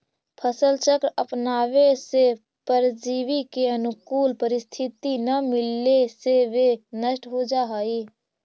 फसल चक्र अपनावे से परजीवी के अनुकूल परिस्थिति न मिले से वे नष्ट हो जाऽ हइ